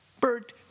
Bert